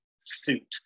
suit